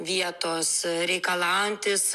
vietos reikalaujantys